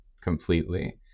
completely